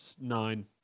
nine